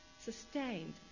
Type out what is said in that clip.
sustained